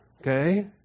Okay